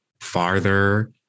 farther